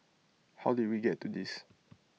how did we get to this